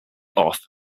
off